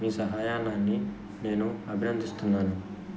మీ సహాయాన్ని నేను అభినందిస్తున్నాను